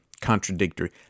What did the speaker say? contradictory